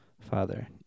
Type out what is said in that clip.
Father